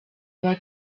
aba